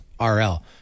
RL